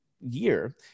year